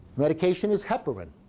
medication is heparin.